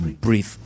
breathe